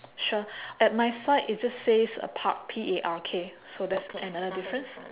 sure at my side it just says a park P A R K so that's another difference